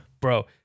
Bro